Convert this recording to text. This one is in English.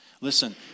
Listen